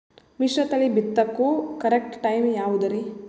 ಮಿಶ್ರತಳಿ ಬಿತ್ತಕು correct time ಯಾವುದರಿ?